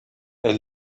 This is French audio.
elle